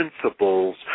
principles